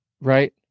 right